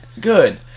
Good